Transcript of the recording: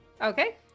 Okay